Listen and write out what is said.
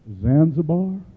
zanzibar